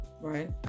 right